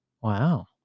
Wow